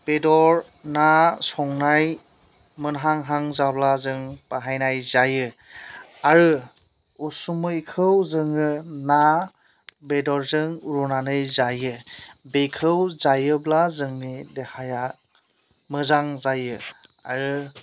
बेदर ना संनाय माेनहांहां जाब्ला जों बाहायनाय जायो आरो उसुमैखौ जोङो ना बेदरजों रुनानै जायो बेखौ जायोब्ला जोंनि देहाया मोजां जायो आरो